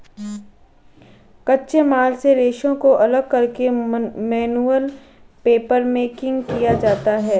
कच्चे माल से रेशों को अलग करके मैनुअल पेपरमेकिंग किया जाता है